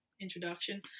introduction